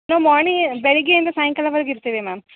ನಾವು ಮಾರ್ನಿಂಗ್ ಬೆಳಗ್ಗೆಯಿಂದ ಸಾಯಂಕಾಲವರಿಗೆ ಇರ್ತೀವಿ ಮ್ಯಾಮ್